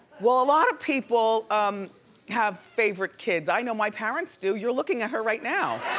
well, a lot of people um have favorite kids. i know my parents do. you're looking at her right now.